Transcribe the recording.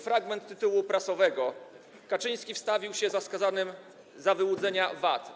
Fragment tytułu prasowego: Kaczyński wstawił się za skazanym za wyłudzenia VAT.